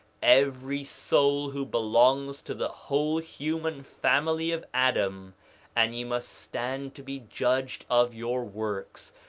every soul who belongs to the whole human family of adam and ye must stand to be judged of your works,